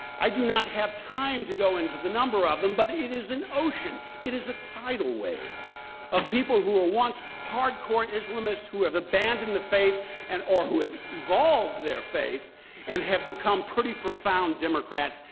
i do not have time to go into the number of them, but it is an ocean. it is a tidal wave of people who were once hard core islamists who have abandoned the faith and or who have evolved their faith and have become pretty profound democrats,